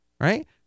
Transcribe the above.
right